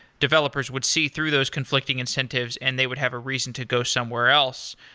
developers would see through those conflicting incentives and they would have a reason to go somewhere else.